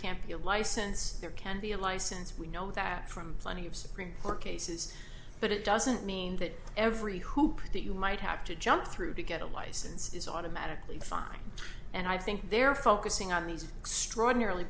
can't be a license there can't be a license we know that from plenty of supreme court cases but it doesn't mean that every hoop that you might have to jump through to get a license is automatically fine and i think they're focusing on these extraordinarily